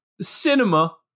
cinema